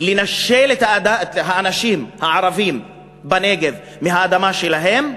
לנשל את האנשים, הערבים בנגב, מהאדמה שלהם,